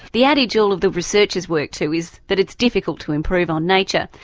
the adage all of the researchers worked to is that it's difficult to improve on nature,